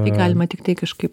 tai galima tiktai kažkaip